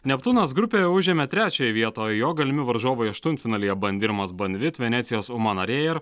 neptūnas grupėje užėmė trečiąją vietą o jo galimi varžovai aštuntfinalyje bandirmos banvit venecijos umana rėjar